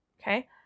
okay